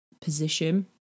position